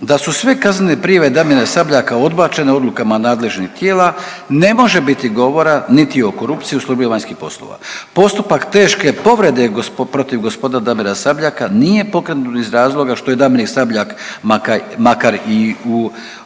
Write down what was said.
da su sve kaznene prijave Damira Sabljaka odbačene odlukama nadležnih tijela ne može biti govora niti o korupciju u službi vanjskih poslova. Postupak teške povrede protiv g. Damira Sabljaka nije pokrenut iz razloga što je Damir Sabljak makar i s